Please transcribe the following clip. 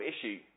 issue